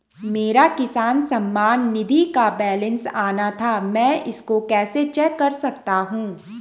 मेरा किसान सम्मान निधि का बैलेंस आना था मैं इसको कैसे चेक कर सकता हूँ?